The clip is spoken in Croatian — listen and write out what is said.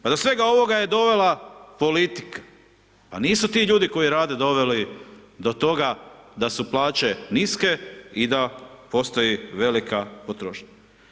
Pa do svega ovoga je dovela politika, pa nisu ti ljudi koji rade doveli do toga da su plaće niske i da postoji velika potrošnja.